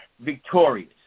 victorious